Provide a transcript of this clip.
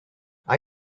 are